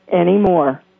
anymore